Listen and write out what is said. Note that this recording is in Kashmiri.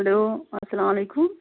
ہیٚلو اَسلامُ علیکُم